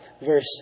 verse